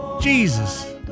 Jesus